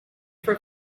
for